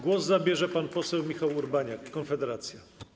Głos zabierze pan poseł Michał Urbaniak, Konfederacja.